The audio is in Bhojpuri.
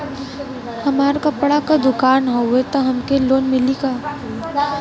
हमार कपड़ा क दुकान हउवे त हमके लोन मिली का?